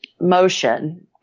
motion